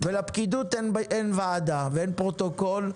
ולפקידות אין וועדה ואין פרוטוקול,